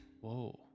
Whoa